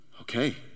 Okay